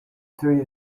three